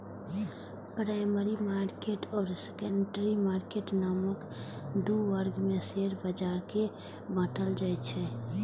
primary market आ secondary market नामक दू वर्ग मे शेयर बाजार कें बांटल जाइ छै